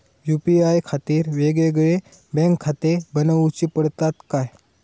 UPI खातीर येगयेगळे बँकखाते बनऊची पडतात काय?